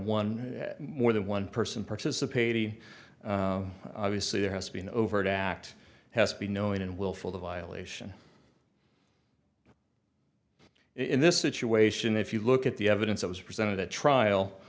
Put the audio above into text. one more than one person participating obviously there has to be an overt act has to be known and willful violation in this situation if you look at the evidence that was presented at trial